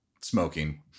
smoking